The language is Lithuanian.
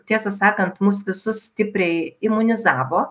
tiesą sakant mus visus stipriai imunizavo